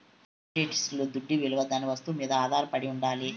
కమొడిటీస్ల దుడ్డవిలువ దాని వస్తువు మీద ఆధారపడి ఉండాలి